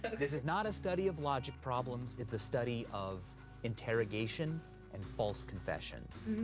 this is not a study of logic problems, it's a study of interrogation and false confessions.